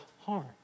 harm